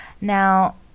now